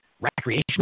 recreational